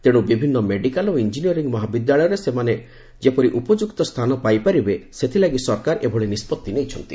ତେଣୁ ବିଭିନ୍ନ ମେଡିକାଲ୍ ଓ ଇଞ୍ଜିନିୟରିଂ ମହାବିଦ୍ୟାଳୟରେ ସେମାନେ ଯେଭଳି ଉପଯୁକ୍ତ ସ୍ଥାନପାଇପାରିବେ ସେଥିଲାଗି ସରକାର ଏଭଳି ନିଷ୍କଭି ନେଇଛନ୍ତି